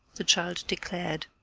the child declared.